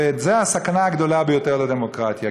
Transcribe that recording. וזו הסכנה הגדולה ביותר לדמוקרטיה.